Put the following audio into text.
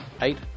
eight